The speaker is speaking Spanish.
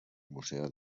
museo